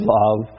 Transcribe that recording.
love